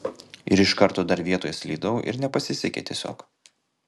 ir iš karto dar vietoj slydau ir nepasisekė tiesiog